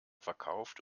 verkauft